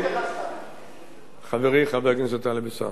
חברי חבר הכנסת טלב אלסאנע: אנחנו פה עובדים מספיק שנים.